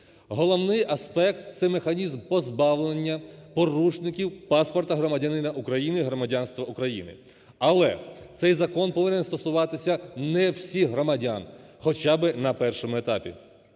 Головний аспект – це механізм позбавлення порушників паспорта громадянина України громадянства України. Але цей закон повинен стосуватися не всіх громадян хоча би на першому етапі.